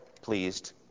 pleased